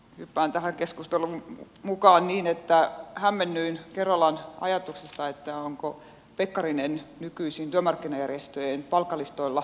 hyppään tähän keskusteluun mukaan niin että hämmennyin kerolan ajatuksesta että pekkarinen on nykyisin työmarkkinajärjestöjen palkkalistoilla